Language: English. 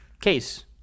case